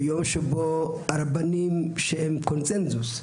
ביום שבו הרבנים שהם קונצנזוס,